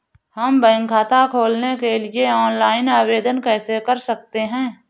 हम बैंक खाता खोलने के लिए ऑनलाइन आवेदन कैसे कर सकते हैं?